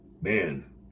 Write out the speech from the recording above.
man